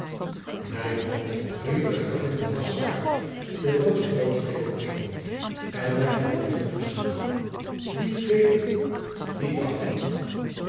mijn god riep de gravin van nassau uit terwijl zij doodsbleek opstond en naar den jongeling toesnelde die kleederen die jachthond